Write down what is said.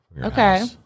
Okay